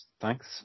Thanks